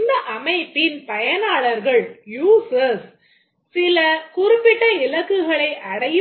இந்த அமைப்பின் பயனாளர்கள் அதாவது